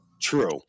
True